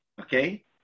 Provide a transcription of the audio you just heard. Okay